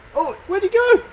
oh, where'd he go?